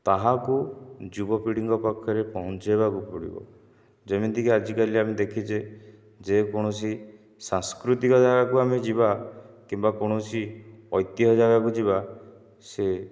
ତାହାକୁ ଯୁବପିଢ଼ୀଙ୍କ ପାଖରେ ପହଞ୍ଚାଇବାକୁ ପଡ଼ିବ ଯେମିତିକି ଆଜି କାଲି ଆମେ ଦେଖିଛେ ଯେକୌଣସି ସାଂସ୍କୃତିକ ଜାଗାକୁ ଆମେ ଯିବା କିମ୍ବା କୋଣସି ଐତିହ୍ୟ ଜାଗାକୁ ଯିବା ସେ